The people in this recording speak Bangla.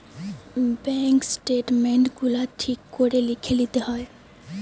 বেঙ্ক স্টেটমেন্ট গুলা ঠিক করে লিখে লিতে হয়